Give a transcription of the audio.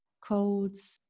codes